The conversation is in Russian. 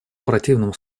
противном